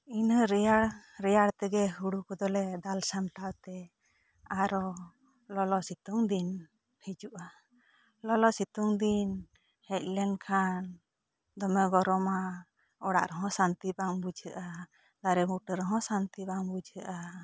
ᱤᱱᱟᱹᱜ ᱨᱮᱭᱟᱲᱟ ᱨᱮᱭᱟᱲ ᱛᱮᱜᱮ ᱦᱩᱲᱩ ᱠᱚᱫᱚ ᱞᱮ ᱫᱟᱞ ᱥᱟᱢᱴᱟᱣ ᱛᱮ ᱟᱨᱚ ᱞᱚᱞᱚ ᱥᱤᱛᱩᱝ ᱫᱤᱱ ᱦᱤᱡᱩᱜᱼᱟ ᱞᱚᱞᱚ ᱥᱤᱛᱩᱝ ᱫᱤᱱ ᱦᱮᱡ ᱞᱮᱱ ᱠᱷᱟᱱ ᱫᱚᱢᱮ ᱜᱚᱨᱚᱢᱟ ᱚᱲᱟᱜ ᱨᱮᱦᱚᱸ ᱥᱟᱱᱛᱤ ᱵᱟᱝ ᱵᱩᱡᱷᱟᱹᱜᱼᱟ ᱫᱟᱨᱮ ᱵᱩᱴᱟᱹ ᱨᱮᱦᱚᱸ ᱥᱟᱱᱛᱤ ᱵᱟᱝ ᱵᱩᱡᱷᱟᱜ ᱟ